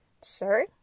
Sir